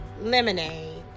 lemonade